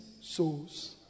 souls